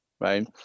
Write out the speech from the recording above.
right